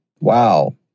Wow